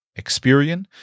Experian